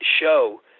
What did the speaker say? show